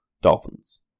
Dolphins